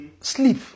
sleep